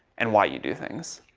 and why you do things?